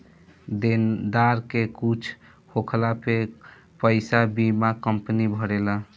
देनदार के कुछु होखला पे पईसा बीमा कंपनी भरेला